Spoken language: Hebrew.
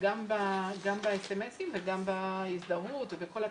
גם בסמס-ים וגם בהזדהות ובכל התהליך.